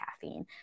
caffeine